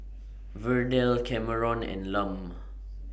Verdell Kameron and Lum